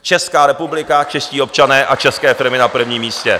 Česká republika, čeští občané a české firmy na prvním místě.